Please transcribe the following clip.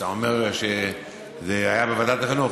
אתה אומר שזה היה בוועדת החינוך,